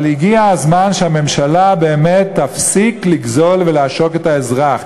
אבל הגיע הזמן שהממשלה באמת תפסיק לגזול ולעשוק את האזרח.